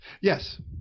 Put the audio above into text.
Yes